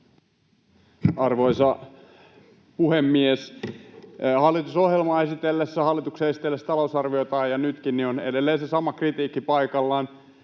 Arvoisa puhemies! Hallitusohjelmaa esiteltäessä, hallituksen esitellessä talousarviotaan ja nytkin on edelleen se sama kritiikki paikallaan: